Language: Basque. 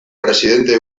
presidente